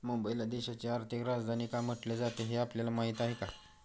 मुंबईला देशाची आर्थिक राजधानी का म्हटले जाते, हे आपल्याला माहीत आहे का?